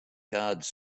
guards